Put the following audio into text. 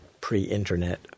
pre-internet